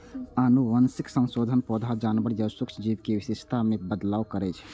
आनुवंशिक संशोधन पौधा, जानवर या सूक्ष्म जीव के विशेषता मे बदलाव करै छै